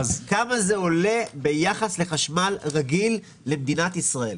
ובנוסף כמה זה עולה ביחס לחשמל רגיל למדינת ישראל?